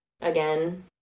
again